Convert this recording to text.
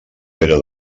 era